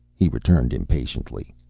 he returned impatiently.